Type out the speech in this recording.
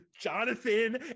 jonathan